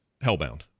Hellbound